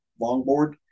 longboard